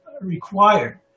required